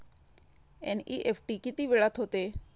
NEFT किती वेळात होते?